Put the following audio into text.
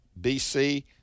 BC